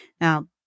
Now